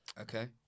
Okay